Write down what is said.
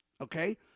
Okay